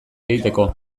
egiteko